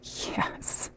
yes